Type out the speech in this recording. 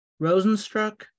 Rosenstruck